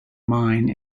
mine